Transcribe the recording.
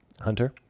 Hunter